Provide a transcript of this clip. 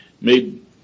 made